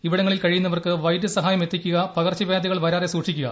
ഇവിടങ്ങളിൽ കഴിയുന്നവർക്ക് വൈദ്യസഹായം എത്തിക്കുക പകർച്ചവ്യാധികൾ വരാതെ സൂക്ഷിക്കുക